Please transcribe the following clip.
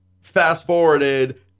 fast-forwarded